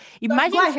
imagine